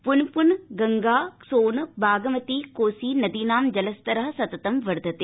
पुनपुन गंगा सोन बागमती कोसी नदीनां जलस्तर सततं वर्धते